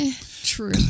True